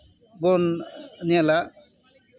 ᱵᱚᱱ ᱧᱮᱞᱟ